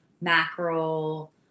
mackerel